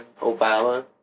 Obama